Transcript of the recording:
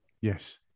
Yes